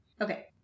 Okay